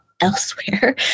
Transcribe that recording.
elsewhere